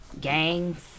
gangs